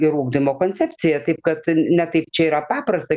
ir ugdymo koncepciją taip kad ne taip čia yra paprasta